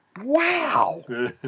wow